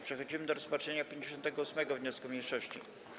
Przechodzimy do rozpatrzenia 58. wniosku mniejszości.